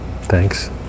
Thanks